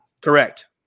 Correct